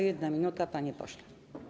1 minuta, panie pośle.